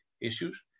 issues